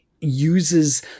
uses